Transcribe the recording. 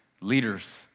leaders